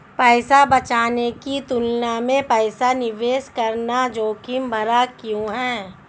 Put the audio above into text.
पैसा बचाने की तुलना में पैसा निवेश करना जोखिम भरा क्यों है?